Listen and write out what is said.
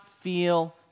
feel